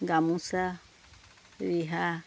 গামোচা ৰিহা